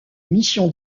mission